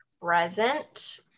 present